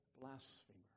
blasphemer